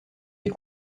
des